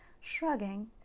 Shrugging